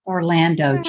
Orlando